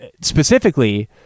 specifically